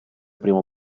primo